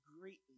greatly